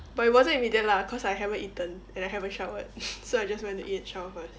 but it wasn't immediate lah cause I haven't eaten and I haven't showered so I just went to eat and shower first